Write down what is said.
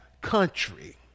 country